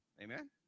Amen